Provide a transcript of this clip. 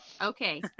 Okay